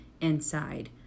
inside